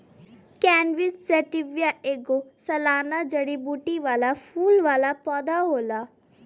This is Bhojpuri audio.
कैनबिस सैटिवा ऐगो सालाना जड़ीबूटी वाला फूल वाला पौधा होला